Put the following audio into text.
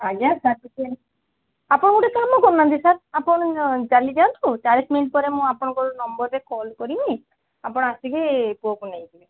ଆଜ୍ଞା ସାର୍ ଟିକେ ଆପଣ ଗୋଟେ କାମ କରୁନାହାଁନ୍ତି ସାର୍ ଆପଣ ଚାଲିଯାଆନ୍ତୁ ଚାଳିଶି ମିନିଟ୍ ପରେ ମୁଁ ଆପଣଙ୍କ ନମ୍ବର୍ରେ କଲ୍ କରିବି ଆପଣ ଆସିକି ପୁଅକୁ ନେଇଯିବେ